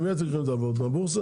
ממי אתם לוקחים את ההלוואות, מהבורסה,